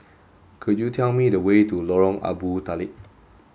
could you tell me the way to Lorong Abu Talib